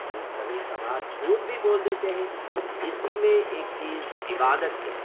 ہم کبھی کبھار جھوٹ بھی بول لیتے ہیں اسی میں ایک چیز عبادت ہے